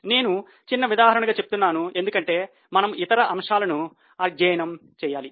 నేను చిన్న ఉదాహరణ గా చెప్తున్నాను ఎందుకంటే మనము ఇతర అంశాలను అధ్యయనం చేయాలి